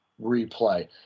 replay